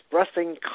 expressing